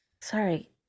sorry